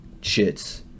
shits